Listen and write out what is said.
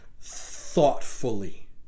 thoughtfully